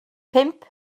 pump